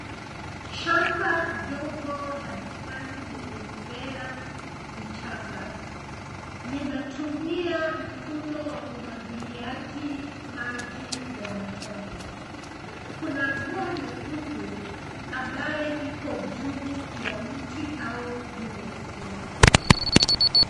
Shamba dogo la bustani lenye mimea michanga, linatumia mfumo wa umwagiliaji maji wa matone. Kuna ndoo nyekundu ambayo iko juu ya mti au juu ya stendi.